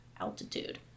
altitude